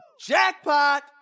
Jackpot